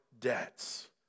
debts